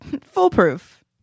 Foolproof